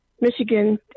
Michigan